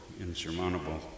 insurmountable